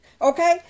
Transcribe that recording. Okay